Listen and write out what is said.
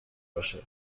باشه